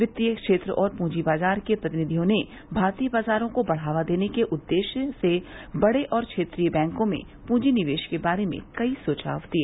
वित्तीय क्षेत्र और पूंजी बाजार के प्रतिनिधियों ने भारतीय बाजारों को बढ़ावा देने के उद्देश्य से बड़े और क्षेत्रीय बैंकों में पूंजी निवेश के बारे में कई सुझाव दिए